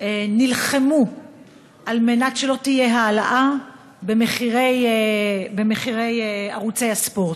נלחמו על מנת שלא תהיה העלאה של מחיר ערוצי הספורט.